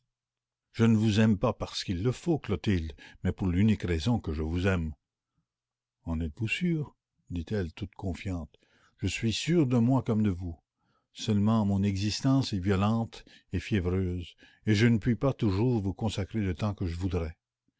je ne vous aime pas parce qu'il le faut clotilde mais pour l'unique raison que je vous aime en êtes-vous sûr dit-elle tout heureuse je suis sûr de moi comme de vous seulement clotilde ma vie n'est pas la vôtre vous le savez ma vie est violente et fiévreuse et je ne puis pas toujours vous consacrer le temps que je voudrais